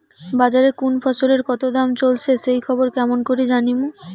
বাজারে কুন ফসলের কতো দাম চলেসে সেই খবর কেমন করি জানীমু?